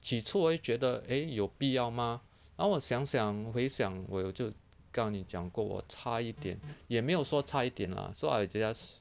起初我就觉得 eh 有必要吗然后想想回想我就告你讲过我差一点也没有说差一点 lah so I just